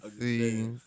See